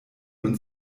und